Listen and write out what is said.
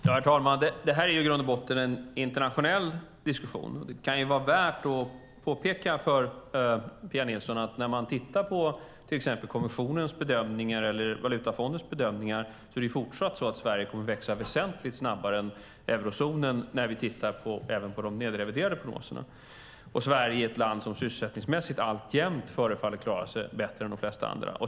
Herr talman! Det här är i grund och botten en internationell diskussion. Det kan vara värt att påpeka för Pia Nilsson att när man tittar på till exempel kommissionens bedömningar eller på Valutafondens bedömningar kan man notera att det fortsatt är så att Sverige kommer att växa väsentligt snabbare än eurozonen, även när vi tittar på de nedreviderade prognoserna. Sverige är ett land som sysselsättningsmässigt alltjämt förefaller klara sig bättre än de flesta andra.